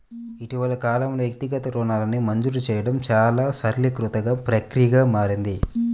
ఇటీవలి కాలంలో, వ్యక్తిగత రుణాలను మంజూరు చేయడం చాలా సరళీకృత ప్రక్రియగా మారింది